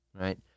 right